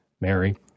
Mary